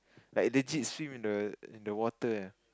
like legit swim in the in the water